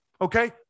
Okay